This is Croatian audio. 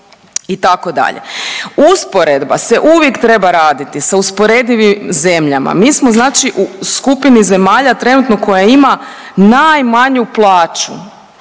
dio itd.. Usporedba se uvijek treba raditi sa usporedivim zemljama. Mi smo znači u skupini zemalja trenutno koja ima najmanju plaću